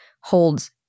holds